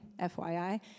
FYI